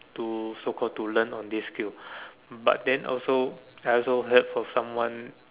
to so call to learn on this field but then also I also heard from someone